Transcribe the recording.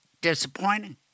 disappointing